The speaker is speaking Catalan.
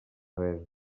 res